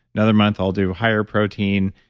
another month, i'll do higher protein.